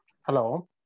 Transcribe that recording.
Hello